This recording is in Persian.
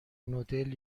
نودل